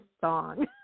song